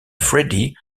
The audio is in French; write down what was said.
freddie